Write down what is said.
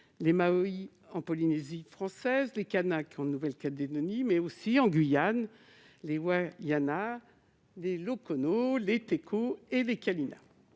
les Maohis en Polynésie française, les Kanaks en Nouvelle-Calédonie et, en Guyane, les Wayanas, les Lokono, les Tekos, les Kali'nas,